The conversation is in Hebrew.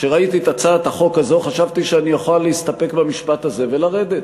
כשראיתי את הצעת החוק הזאת חשבתי שאני אוכל להסתפק במשפט הזה ולרדת.